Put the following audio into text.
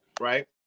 right